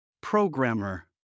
Programmer